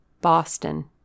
BOSTON